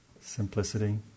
simplicity